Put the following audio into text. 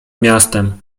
miastem